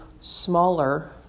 smaller